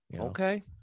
Okay